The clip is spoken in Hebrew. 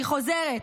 אני חוזרת: